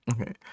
okay